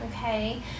Okay